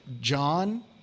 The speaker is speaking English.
John